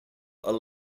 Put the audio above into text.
are